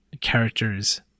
characters